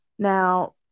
Now